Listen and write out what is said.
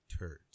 turds